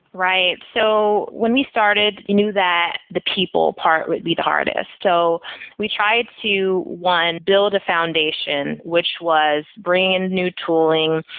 right. so when we started, we knew that the people part would be the hardest. so we tried to one, build a foundation, which was bringing new tooling,